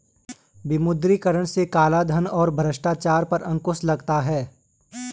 विमुद्रीकरण से कालाधन और भ्रष्टाचार पर अंकुश लगता हैं